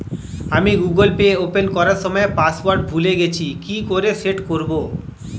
আমি Google Pay open করার সময় পাসওয়ার্ড ভুলে গেছি কি করে সেট করব?